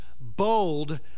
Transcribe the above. bold